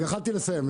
יכולתי לסיים.